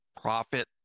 profit